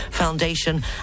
Foundation